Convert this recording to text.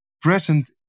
present